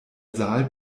saal